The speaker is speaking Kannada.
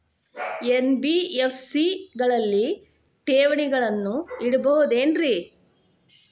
ಎನ್.ಬಿ.ಎಫ್.ಸಿ ಗಳಲ್ಲಿ ಠೇವಣಿಗಳನ್ನು ಇಡಬಹುದೇನ್ರಿ?